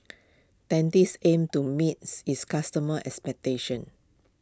Dentiste aims to meets its customers' expectations